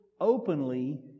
openly